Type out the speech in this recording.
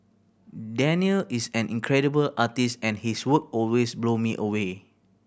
Danial is an incredible artist and his work always blow me away